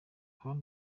hon